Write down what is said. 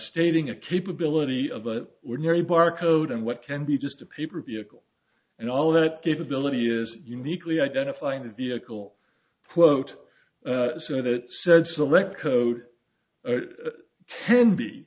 stating a capability of we're very barcode and what can be just a paper vehicle and all that capability is uniquely identifying the vehicle quote so that said select code can be